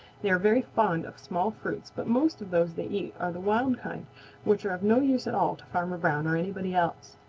they are very fond of small fruits but most of those they eat are the wild kind which are of no use at all to farmer brown or anybody else.